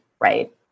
right